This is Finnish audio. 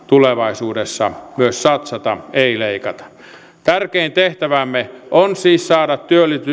tulevaisuudessa myös satsata eikä leikata tärkein tehtävämme on siis saada